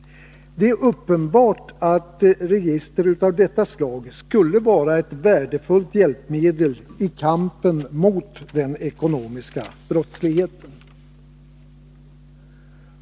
Det är uppenbart att register av detta slag skulle vara ett värdefullt hjälpmedel i kampen mot den ekonomiska brottsligheten.